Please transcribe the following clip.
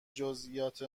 جزئیات